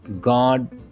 God